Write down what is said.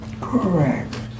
Correct